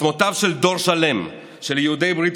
עצמותיו של דור שלם של יהודי ברית